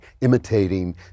imitating